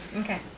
okay